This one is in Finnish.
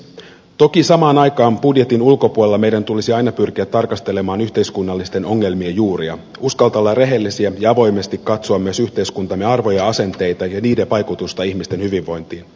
toki samaan aikaan budjetin ulkopuolella meidän tulisi aina pyrkiä tarkastelemaan yhteiskunnallisten ongelmien juuria uskaltaa olla rehellisiä ja avoimesti katsoa myös yhteiskuntamme arvoja ja asenteita ja niiden vaikutusta ihmisten hyvinvointiin